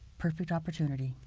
perfect opportunity.